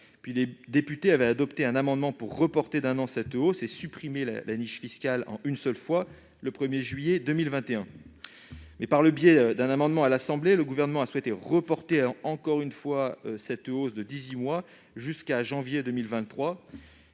2022. Les députés ont adopté un amendement visant à reporter d'un an cette hausse et à supprimer la niche fiscale en une seule fois, le 1 juillet 2021. Mais, par le biais d'un amendement déposé à l'Assemblée nationale, le Gouvernement a souhaité reporter encore une fois cette hausse de dix-huit mois, jusqu'à janvier 2023.